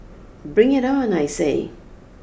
bring it on I say